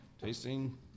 tasting